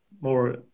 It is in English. more